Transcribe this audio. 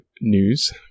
news